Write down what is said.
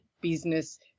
business